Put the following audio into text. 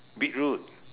beetroot